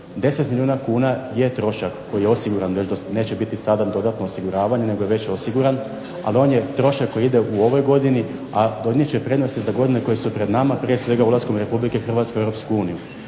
10 milijuna kuna je trošak koji je osiguran već, neće biti sada dodatno osiguravanje nego je već osiguran, ali on je trošak koji ide u ovoj godini, a donijet će prednosti za godine koje su pred nama. Prije svega ulaskom RH u EU. To je